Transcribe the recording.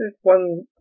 one